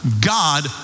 God